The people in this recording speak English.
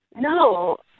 No